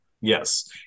Yes